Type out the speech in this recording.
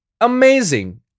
Amazing